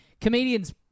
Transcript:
Comedians